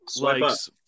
likes